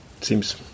seems